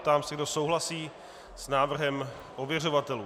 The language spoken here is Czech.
Ptám se, kdo souhlasí s návrhem ověřovatelů.